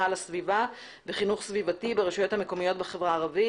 על הסביבה וחינוך סביבתי ברשויות המקומיות בחברה הערבית.